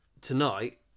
tonight